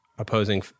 opposing